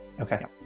Okay